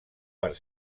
per